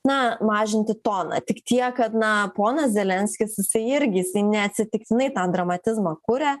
na mažinti toną tik tiek kad na ponas zelenskis jisai irgi jisai neatsitiktinai tą dramatizmą kuria